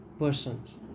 persons